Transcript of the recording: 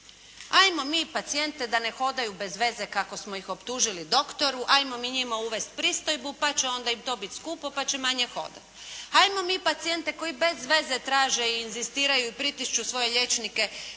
Ajmo mi pacijente da ne hodaju bez veze kako smo ih optužili doktoru, ajmo mi njima uvesti pristojbu pa će onda im to biti skupo pa će manje hodati. Ajmo mi pacijente koji bez veze traže i inzistiraju i pritišću svoje liječnike